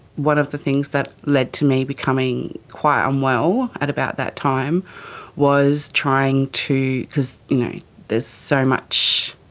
one of the things that led to me becoming quite unwell at about that time was trying to, because there's so much,